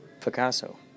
Picasso